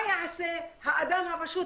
מה יעשה האדם הפשוט?